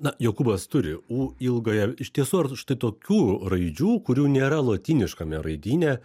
na jokūbas turi u ilgąją iš tiesų ar štai tokių raidžių kurių nėra lotyniškame raidyne